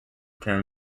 term